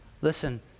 Listen